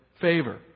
favor